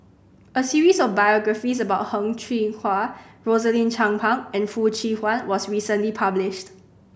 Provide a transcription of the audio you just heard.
a series of biographies about Heng Cheng Hwa Rosaline Chan Pang and Foo Chee Han was recently published